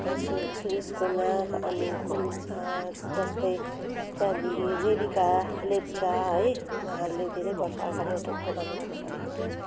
सु सुरेस कुमार अनि कुन जस्तै त्यहाँदेखि रेबिका लेप्चा है उहाँहरूले धेरै वर्षअगाडि एउटा प्रोग्राम गर्नुभएको थियो